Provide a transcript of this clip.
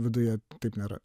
viduje taip nėra